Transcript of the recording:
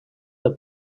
del